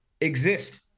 exist